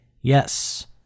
Yes